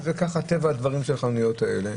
כך בנויות החנויות האלה.